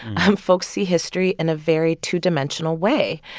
um folks see history in a very two-dimensional way.